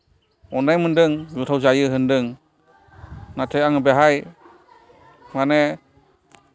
अन्नाय मोनदों गोथाव जायो होन्दों नाथाय आङो बेहाय माने